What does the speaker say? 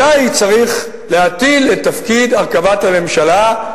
עלי צריך להטיל את תפקיד הקמת הממשלה,